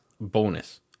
bonus